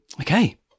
okay